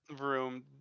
room